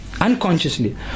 unconsciously